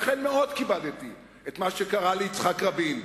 לכן מאוד כיבדתי את מה שקרה ליצחק רבין,